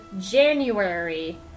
January